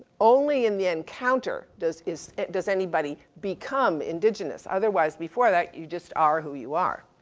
only in the encounter does is, does anybody become indigenous. otherwise, before that you just are who you are.